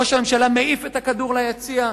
ראש הממשלה מעיף את הכדור ליציע,